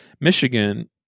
Michigan